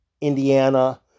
Indiana